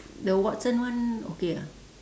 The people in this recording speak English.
the Watson one okay ah